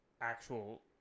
actual